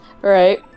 Right